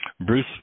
Bruce